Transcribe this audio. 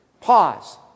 Pause